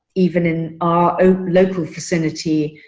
even in our own local facility.